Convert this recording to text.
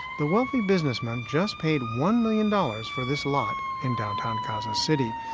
the wealthy businessman just paid one million dollars for this lot in downtown gaza city.